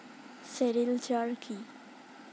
Sericulture কি?